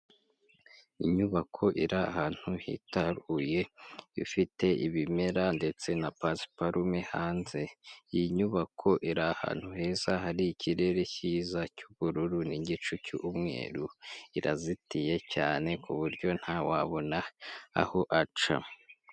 Inyubako iri ahantu hitaruye ifite ibimera ndetse na pasiparume hanze. Iyi nyubako iri ahantu heza hari ikirere cyiza cy'ubururu n'igicu cy'umweru, irazitiye cyane ku buryo ntawabona aho aca.